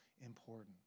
important